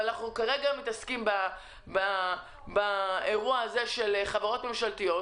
אבל אנחנו כרגע מתעסקים באירוע הזה של חברות ממשלתיות.